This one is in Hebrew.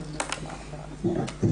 הפרויקט שלנו זה למגר את סרטן צוואר הרחם.